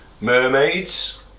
Mermaids